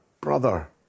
brother